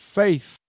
faith